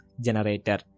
generator